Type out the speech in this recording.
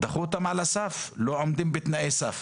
ודחו אותם על הסף משום שהם לא עומדים בתנאי הסף.